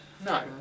No